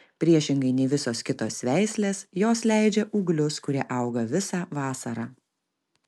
priešingai nei visos kitos veislės jos leidžia ūglius kurie auga visą vasarą